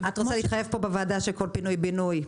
פה בוועדה שכל פינוי-בינוי,